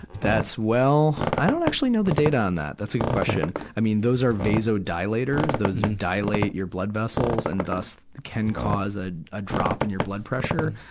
that's, well, i don't actually know the data on that. that's a good question. i mean, those are vasodilators. those dilate your blood vessels, and thus can cause a, a drop in your blood pressure.